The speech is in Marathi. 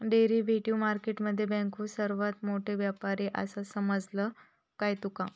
डेरिव्हेटिव्ह मार्केट मध्ये बँको सर्वात मोठे व्यापारी आसात, समजला काय तुका?